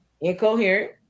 incoherent